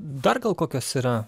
dar gal kokios yra